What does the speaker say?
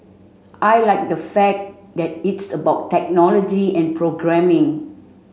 I like the fact that it's about technology and programming